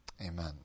amen